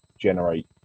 generate